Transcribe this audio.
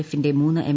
എഫിന്റെ മൂന്ന് എം